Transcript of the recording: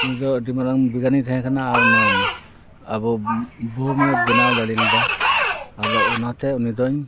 ᱩᱱᱤ ᱫᱚ ᱟᱹᱰᱤ ᱢᱟᱨᱟᱝ ᱵᱤᱜᱟᱱᱤᱭ ᱛᱟᱦᱮᱸ ᱠᱟᱱᱟ ᱟᱨ ᱚᱱᱟ ᱟᱵᱚ ᱵᱳᱢᱮ ᱵᱮᱱᱟᱣ ᱫᱟᱲᱮ ᱞᱮᱫᱟ ᱟᱫᱚ ᱚᱱᱟ ᱛᱮ ᱩᱱᱤ ᱫᱚᱧ